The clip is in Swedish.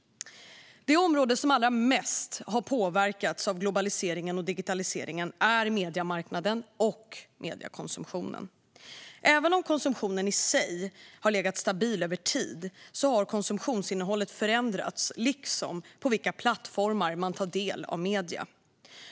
Det område som allra mest har påverkats av globaliseringen och digitaliseringen är mediemarknaden och mediekonsumtionen. Även om konsumtionen i sig har legat stabil över tid har konsumtionsinnehållet förändrats, liksom på vilka plattformar man tar del av medier.